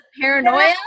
paranoia